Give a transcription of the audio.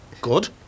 Good